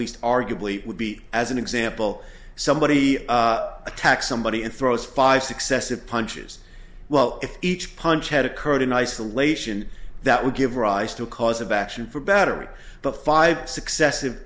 least arguably would be as an example somebody attacks somebody and throws five successive punches well if each punch had occurred in isolation that would give rise to cause of action for battery but five successive